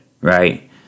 right